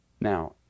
Now